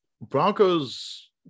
bronco's